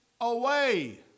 away